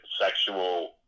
sexual